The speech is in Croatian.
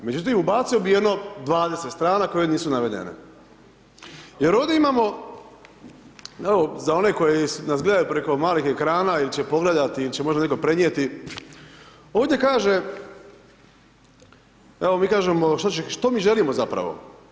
Međutim, ubacio bi jedno 20 strana koje nisu navedene jer ovdje imamo, evo, za one koji nas gledaju preko malih ekrana ili će pogledati ili će možda netko prenijeti, ovdje kaže, evo mi kažemo, što mi želimo zapravo.